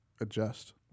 adjust